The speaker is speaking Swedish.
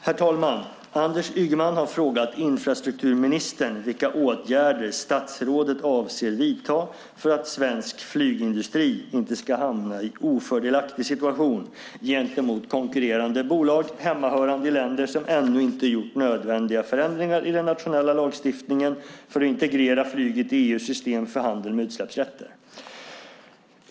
Herr talman! Anders Ygeman har frågat infrastrukturministern vilka åtgärder statsrådet avser att vidta för att svensk flygindustri inte ska hamna i en ofördelaktig situation gentemot konkurrerande bolag hemmahörande i länder som ännu inte gjort nödvändiga förändringar i den nationella lagstiftningen för att integrera flyget i EU:s system för handel med utsläppsrätter.